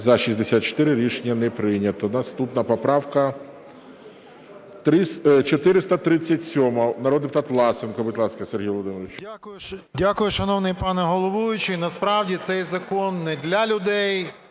За-64 Рішення не прийнято. Наступна поправка 437, народний депутат Власенко. Будь ласка, Сергій Володимирович. 13:53:49 ВЛАСЕНКО С.В. Дякую, шановний пане головуючий. Насправді цей закон не для людей,